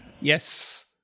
Yes